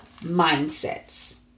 mindsets